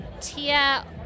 tia